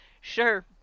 sure